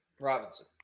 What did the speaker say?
Robinson